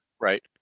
right